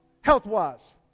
health-wise